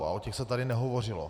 A o těch se tady nehovořilo.